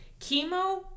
Chemo